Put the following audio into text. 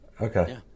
Okay